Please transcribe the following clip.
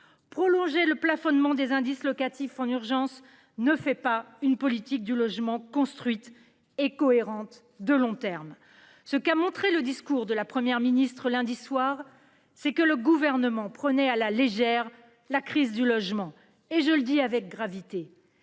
Prolonger le plafonnement des indices locatifs en urgence ne fait pas une politique du logement construite et cohérente de long terme. Le discours de la Première ministre lundi soir a montré que le Gouvernement prenait la crise du logement à la légère ; je le dis avec gravité.